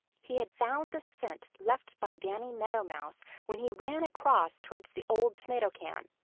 he had found the scent left by danny meadow mouse when he ran across towards the old tomato can.